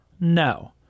No